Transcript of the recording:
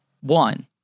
One